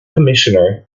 commissioner